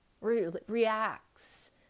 reacts